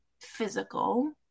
physical